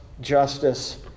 justice